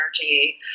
energy